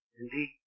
indeed